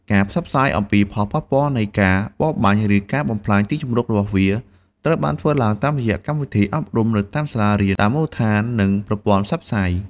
ការផ្សព្វផ្សាយអំពីផលប៉ះពាល់នៃការបរបាញ់ ឬការបំផ្លាញទីជម្រករបស់វា ត្រូវបានធ្វើឡើងតាមរយៈកម្មវិធីអប់រំនៅតាមសាលារៀន តាមមូលដ្ឋាន និងប្រព័ន្ធផ្សព្វផ្សាយ។